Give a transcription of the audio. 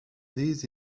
these